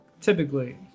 typically